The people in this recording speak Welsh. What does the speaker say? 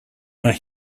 mae